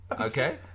okay